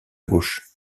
gauche